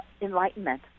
enlightenment